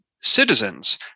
citizens